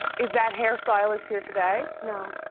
is that hair stylist here today? no.